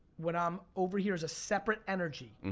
when i'm over here as a separate energy, and